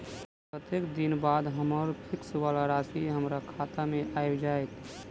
कत्तेक दिनक बाद हम्मर फिक्स वला राशि हमरा खाता मे आबि जैत?